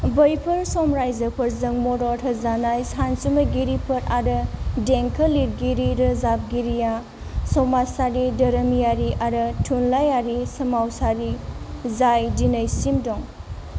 बैफोर साम्रायजोफोरजों मद'द होजानाय सानसुमैगिरिफोर आरो देंखो लिरगिरि रोजाबगरिया समाजारि धोरोमारि आरो थुनलाइआरि सोमावसारि जाय दिनैसिम दं